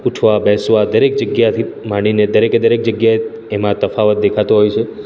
ઉઠવા બેસવા દરેક જગ્યાએથી માંડીને દરેકે દરેક જગ્યાએ એમાં તફાવત દેખાતો હોય છે